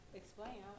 explain